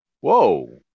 Whoa